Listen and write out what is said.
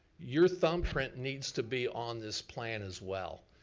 your thumbprint needs to be on this plan as well.